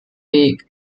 weg